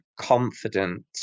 confident